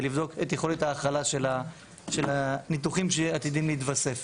לבדוק את יכולת ההכלה של הניתוחים שעתידיים להתווסף.